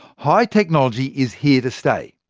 high technology is here to stay.